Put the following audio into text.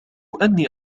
أني